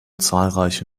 zahlreiche